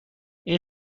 این